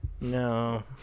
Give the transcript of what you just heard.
No